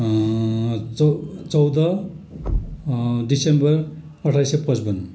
चौ चौध डिसेम्बर अठार सय पचपन्न